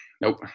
Nope